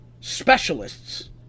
specialists